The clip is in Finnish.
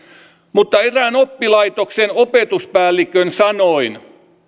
mutta erään oppilaitoksen opetuspäällikön sanoin